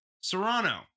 Serrano